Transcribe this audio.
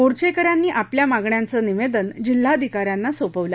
मोर्वेक यांनी आपल्या मागण्यांचं निवेदन जिल्हाधिका यांना सोपवलं